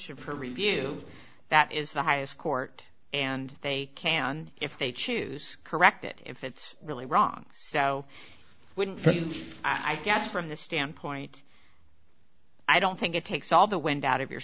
petition for review that is the highest court and they can if they choose correct it if it's really wrong so i wouldn't i guess from the standpoint i don't think it takes all the wind out of your